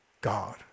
God